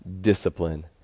Discipline